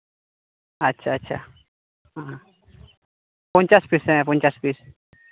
ᱟᱪᱪᱷᱟ ᱟᱪᱪᱷᱟ ᱯᱚᱧᱪᱟᱥ ᱯᱤᱥ ᱦᱮᱸ ᱯᱚᱧᱪᱟᱥ ᱯᱤᱥ